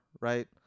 right